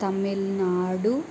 Tamil Nadu